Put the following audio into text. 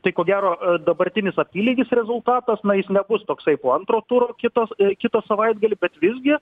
tai ko gero dabartinis apylygis rezultatas na jis nebus toksai po antro turo kito kito savaitgalį bet visgi